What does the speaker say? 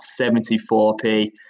74p